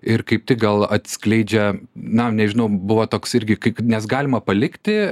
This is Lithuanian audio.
ir kaip tik gal atskleidžia na nežinau buvo toks irgi kaip nes galima palikti